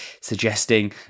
suggesting